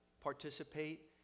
participate